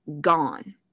gone